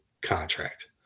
contract